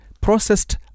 processed